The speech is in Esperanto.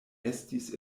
estis